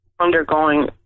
undergoing